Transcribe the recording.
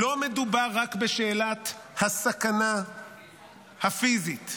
לא מדובר רק בשאלת הסכנה הפיזית.